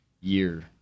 year